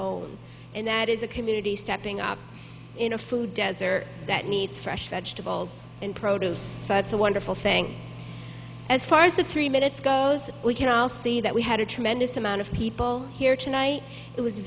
own and that is a community stepping up in a food desert that needs fresh vegetables and produce such a wonderful thing as three minutes goes we can all see that we had a tremendous amount of people here tonight it was